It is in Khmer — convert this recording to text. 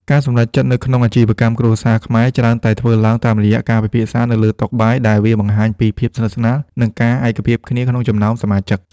ការសម្រេចចិត្តនៅក្នុងអាជីវកម្មគ្រួសារខ្មែរ ច្រើនតែធ្វើឡើងតាមរយៈការពិភាក្សានៅលើតុបាយ ដែលវាបង្ហាញពីភាពស្និទ្ធស្នាល និងការឯកភាពគ្នាក្នុងចំណោមសមាជិក។